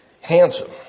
Handsome